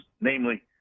namely